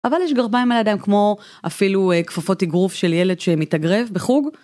אבל יש גרביים על הידיים כמו אפילו כפפות איגרוף של ילד שמתאגרף בחוג.